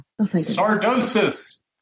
sardosis